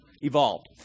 evolved